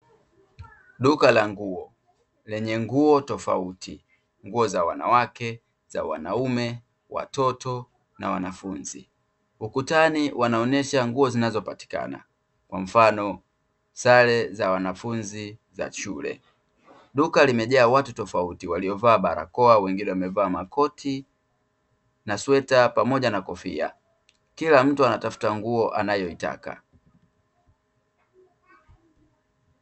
Duka la nguo lenye nguo tofauti; nguo za wanawake za wanaume, watoto na wanafunzi, ukutani wanaonyesha nguo zinazopatikana kwa mfano sare za wanafunzi za shule. Duka limejaa watu tofauti waliovaa barakoa, wengine wamevaa makoti na sweta pamoja na kofia kila mtu anatafuta nguo anayoitaka.